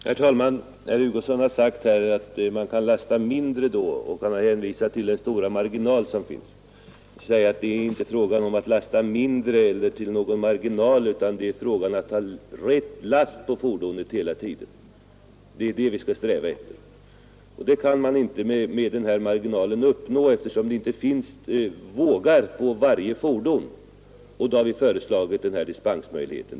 Herr talman! Herr Hugosson har sagt att man kan lasta mindre under dessa förhållanden och han har hänvisat till den stora marginal som finns. Jag vill säga att det är inte fråga om att lasta mindre eller att lasta upp till någon marginal, utan det är fråga om att ha rätt last på fordonet hela tiden. Det är detta vi skall sträva efter, och det kan man inte uppnå, eftersom det inte finns vågar på varje fordon. Därför har vi föreslagit denna dispensmöjlighet.